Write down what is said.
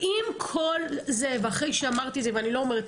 עם כל זה ואחרי שאמרתי את זה לא יכול להיות